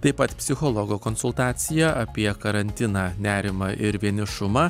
taip pat psichologo konsultacija apie karantiną nerimą ir vienišumą